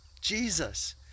Jesus